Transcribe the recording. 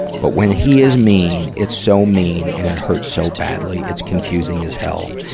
but when he is mean, it's so mean, and it hurts so badly. it's confusing as hell.